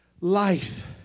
life